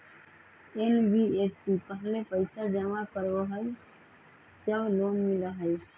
NBFC पहले पईसा जमा करवहई जब लोन मिलहई?